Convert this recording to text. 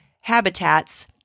habitats